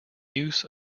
use